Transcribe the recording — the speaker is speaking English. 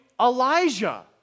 Elijah